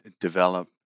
develop